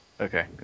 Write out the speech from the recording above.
okay